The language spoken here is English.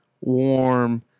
warm